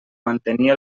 mantenir